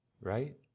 right